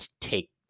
take